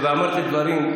ואמרתם דברים,